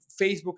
Facebook